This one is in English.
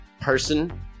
person